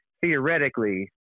theoretically